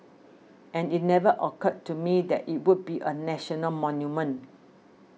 and it never occurred to me that it would be a national monument